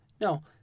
no